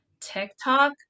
TikTok